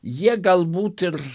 jie galbūt ir